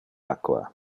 aqua